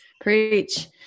Preach